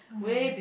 mm